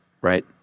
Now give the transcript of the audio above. right